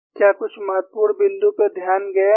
क्या कुछ महत्वपूर्ण बिंदु पे ध्यान गया है